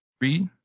read